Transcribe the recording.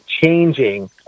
changing